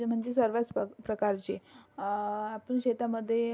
म्हणजे सर्वच प्र प्रकारचे आपण शेतामध्ये